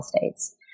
states